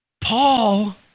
Paul